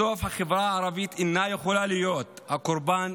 בסוף החברה הערבית אינה יכולה להיות הקורבן